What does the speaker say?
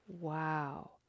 wow